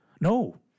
No